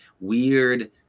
weird